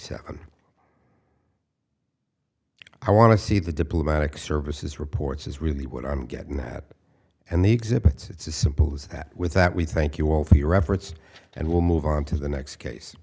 seven i want to see the diplomatic services reports is really what i'm getting that and the exhibits it's as simple as that with that we thank you all thier efforts and will move on to the next case